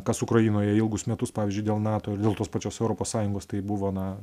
kas ukrainoje ilgus metus pavyzdžiui dėl nato ir dėl tos pačios europos sąjungos tai buvo na